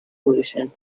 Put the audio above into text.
pollution